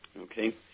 Okay